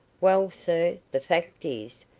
well, sir, the fact is,